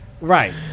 Right